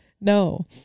No